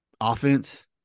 offense